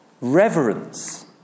reverence